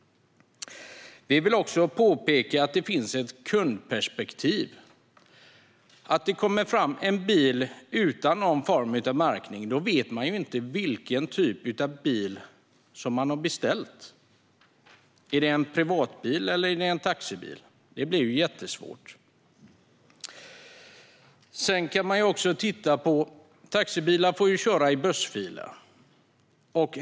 Vi vill också peka på kundperspektivet. Om det kommer fram en bil utan någon form av märkning vet man inte om det är den bil som man har beställt. Är det en privatbil eller är det en taxibil? Det blir ju jättesvårt. Sedan kan man också titta på det här med att taxibilar får köra i bussfiler.